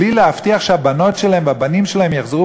בלי להבטיח שהבנות שלהם והבנים שלהם יחזרו